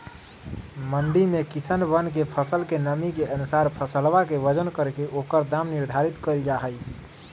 मंडी में किसनवन के फसल के नमी के अनुसार फसलवा के वजन करके ओकर दाम निर्धारित कइल जाहई